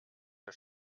der